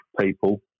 people